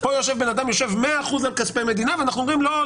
פה יושב בן-אדם 100% על כספי מדינה ואנחנו אומרים: לא,